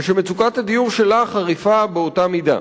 ושמצוקת הדיור שלה חריפה באותה מידה.